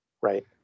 right